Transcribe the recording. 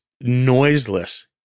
noiseless